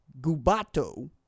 Gubato